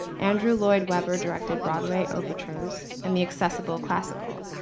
andrew lloyd webber directed broadway overtures, and the accessible classical.